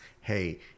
hey